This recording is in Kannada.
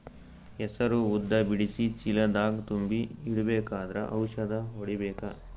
ಹೆಸರು ಉದ್ದ ಬಿಡಿಸಿ ಚೀಲ ದಾಗ್ ತುಂಬಿ ಇಡ್ಬೇಕಾದ್ರ ಔಷದ ಹೊಡಿಬೇಕ?